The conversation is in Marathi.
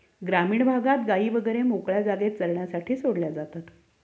ग्रामीण भागात गायी वगैरे मोकळ्या जागेत चरण्यासाठी सोडल्या जातात